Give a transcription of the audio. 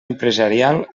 empresarial